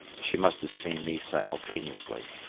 she must have seen me simultaneously,